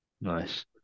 Nice